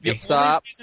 Stop